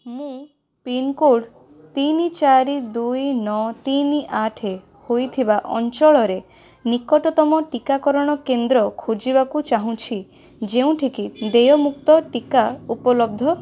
ମୁଁ ପିନ୍କୋଡ଼୍ ତିନି ଚାରି ଦୁଇ ନଅ ତିନି ଆଠ ହୋଇଥିବା ଅଞ୍ଚଳରେ ନିକଟତମ ଟିକାକରଣ କେନ୍ଦ୍ର ଖୋଜିବାକୁ ଚାହୁଁଛି ଯେଉଁଠିକି ଦେୟମୁକ୍ତ ଟିକା ଉପଲବ୍ଧ